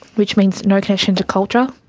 which means no connection to culture,